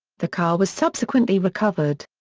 the car was subsequently recovered.